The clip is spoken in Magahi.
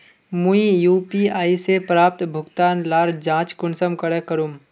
मुई यु.पी.आई से प्राप्त भुगतान लार जाँच कुंसम करे करूम?